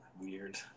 Weird